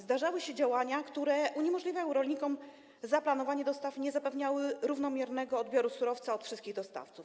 Zdarzały się działania, które uniemożliwiały rolnikom zaplanowanie dostaw i nie zapewniały równomiernego odbioru surowca od wszystkich dostawców.